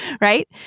right